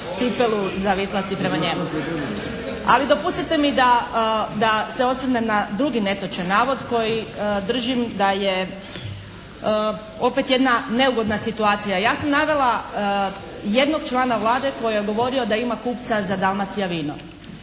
cipelu zavitlati prema njemu. Ali dopustite mi da se osvrnem na drugi netočan navod koji držim da je opet jedna neugodna situacija. Ja sam navela jednog člana Vlade koji je govorio da ima kupca za Dalmacijavino.